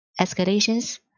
escalations